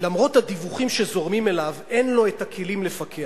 למרות הדיווחים שזורמים אליו אין לו הכלים לפקח.